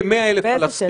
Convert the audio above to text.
כ-100,000.